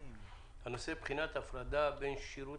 על סדר היום בחינת ההפרדה בין שירות